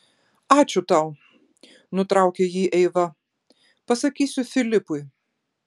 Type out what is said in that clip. ačiū tau nutraukė jį eiva pasakysiu filipui